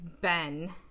Ben